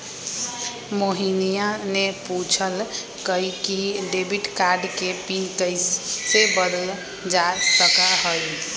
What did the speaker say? मोहिनीया ने पूछल कई कि डेबिट कार्ड के पिन कैसे बदल्ल जा सका हई?